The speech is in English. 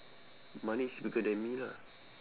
money is bigger than me lah